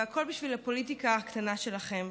והכול בשביל הפוליטיקה הקטנה שלכם.